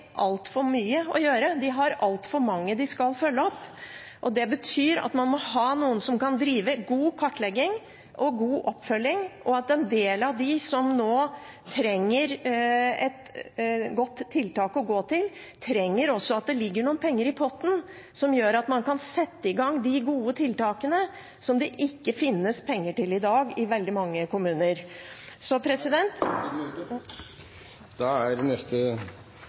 altfor mye å gjøre. De har altfor mange de skal følge opp. Det betyr at man må ha noen som kan drive god kartlegging og god oppfølging, og at en del av dem som nå trenger et godt tiltak å gå til, også trenger at det ligger noen penger i potten som gjør at man kan sette i gang de gode tiltakene som det ikke finnes penger til i dag i veldig mange kommuner. Bare veldig kort: Når det blir sagt at man har tillagt seg en debatteknikk som er